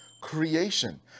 creation